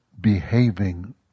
behaving